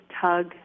Tug